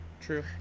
True